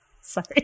Sorry